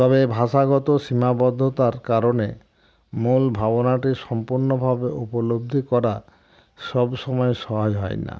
তবে ভাষাগত সীমাবদ্ধতার কারণে মূল ভাবনাটি সম্পূর্ণভাবে উপলব্ধি করা সব সময় সহজ হয় না